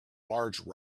large